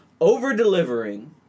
over-delivering